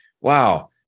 wow